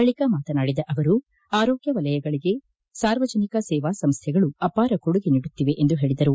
ಬಳಿಕ ಮಾತನಾಡಿದ ಅವರು ಆರೋಗ್ಯ ವಲಯಗಳಿಗೆ ಸಾರ್ವಜನಿಕ ಸೇವಾ ಸಂಸ್ಥೆಗಳು ಅಪಾರ ಕೊಡುಗೆ ನೀಡುತ್ತಿವೆ ಎಂದು ಹೇಳಿದರು